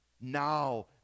now